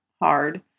hard